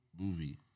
movie